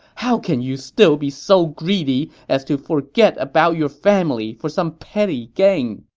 how can you still be so greedy as to forget about your family for some petty gain!